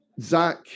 Zach